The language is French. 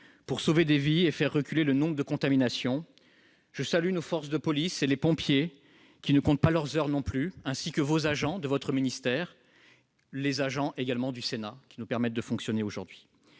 pour sauver des vies et faire reculer le nombre de contaminations. Je salue nos forces de police ainsi que les pompiers, qui ne comptent pas non plus leurs heures, comme les agents de vos ministères et ceux du Sénat, qui nous permettent de fonctionner aujourd'hui.